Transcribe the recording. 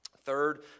Third